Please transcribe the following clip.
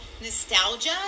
nostalgia